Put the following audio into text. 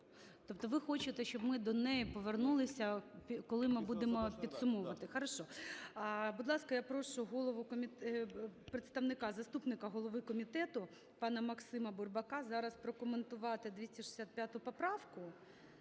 Тобто ви хочете, щоб ми до неї повернулися, коли ми будемо підсумовувати? Хорошо. Будь ласка, я прошу голову... представника, заступника голови комітету пана Максима Бурбака зараз прокоментувати 265 поправку,